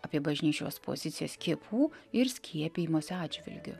apie bažnyčios poziciją skiepų ir skiepijimosi atžvilgiu